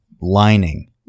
lining